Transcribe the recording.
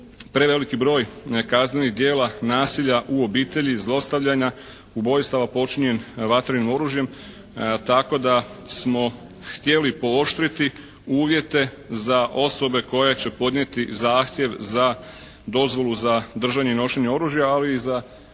preveliki broj kaznenih djela nasilja u obitelji, zlostavljanja, ubojstava počinjen vatrenim oružjem tako da smo htjeli pooštriti uvjete za osobe koje će podnijeti zahtjev za dozvolu za držanje i nošenje oružja ali i za